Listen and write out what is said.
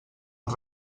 els